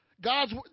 God's